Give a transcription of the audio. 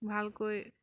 ভালকৈ